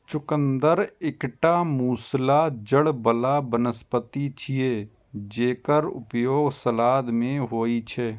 चुकंदर एकटा मूसला जड़ बला वनस्पति छियै, जेकर उपयोग सलाद मे होइ छै